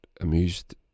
amused